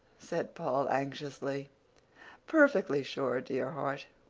said paul anxiously perfectly sure, dear heart.